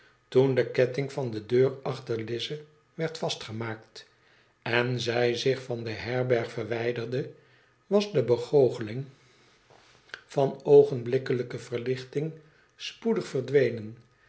toen de ketting van de deur achter lize werd vastgemaakt en zij zich van de herberg verwijderde was de begoocheling van oogenblikkelijke verlichting spoedig verdwenen